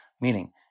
Meaning